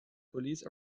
police